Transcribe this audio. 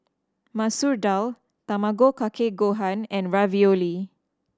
Masoor Dal Tamago Kake Gohan and Ravioli